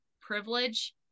privilege